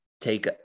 take